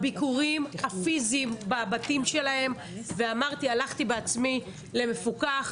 הביקורים הפיזיים בבתים שלהם זה אקסטרה ואני הלכתי בעצמי למפוקח.